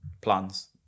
plans